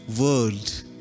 World